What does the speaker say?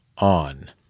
On